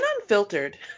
Unfiltered